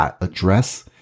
Address